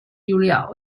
julia